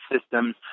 systems